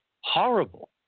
horrible